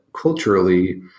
culturally